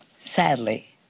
sadly